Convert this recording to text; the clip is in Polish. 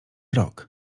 rok